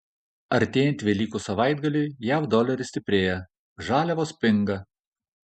artėjant velykų savaitgaliui jav doleris stiprėja žaliavos pinga